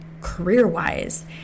career-wise